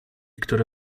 które